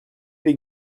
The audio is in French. des